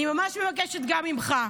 אני ממש מבקשת גם ממך.